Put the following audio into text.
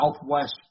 southwest